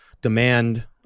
demand